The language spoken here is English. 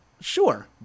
sure